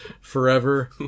Forever